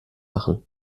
machen